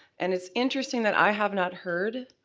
and it's interesting that i have not heard